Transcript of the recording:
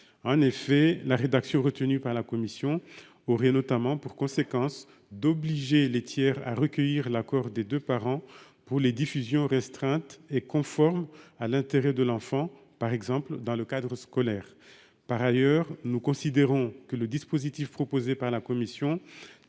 En effet, la rédaction retenue par la commission aurait notamment pour conséquence d'obliger les tiers à recueillir l'accord des deux parents pour les diffusions restreintes et conformes à l'intérêt de l'enfant, par exemple dans le cadre scolaire. Par ailleurs, nous considérons que le dispositif proposé par la commission